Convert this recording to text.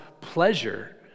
pleasure